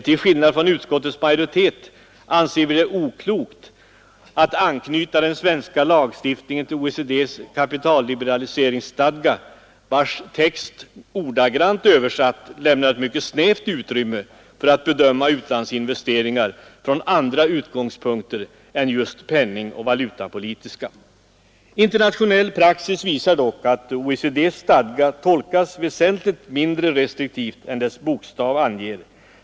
Till skillnad från utskottets majoritet anser vi det oklokt att anknyta den svenska lagstiftningen till OECD:s kapitalliberaliseringsstadga, vars text ordagrant översatt lämnar ett mycket snävt utrymme för att bedöma utlandsinvesteringar från andra utgångspunkter än penningoch valutapolitiska. Internationell praxis visar dock att OECD:s stadga tolkas väsentligt mindre restriktivt än dess bokstav anger.